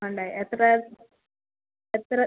ഉണ്ട് എത്ര എത്ര